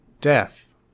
death